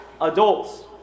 adults